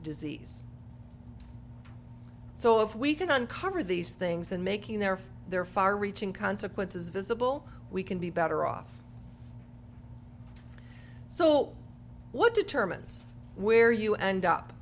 disease so if we can uncover these things and making their for there are far reaching consequences visible we can be better off so what determines where you end up